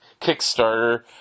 kickstarter